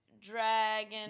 Dragon